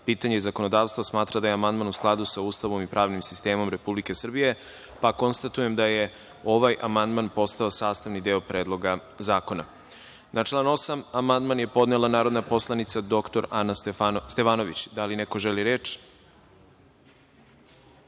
pitanja i zakonodavstvo smatra da je amandman u skladu sa Ustavom i pravnim sistemom Republike Srbije, pa konstatujem da je ovaj amandman postao sastavni deo Predloga zakona. Na član 8. amandman je podnela narodna poslanica dr Ana Stevanović. Da li neko želi reč?